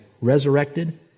resurrected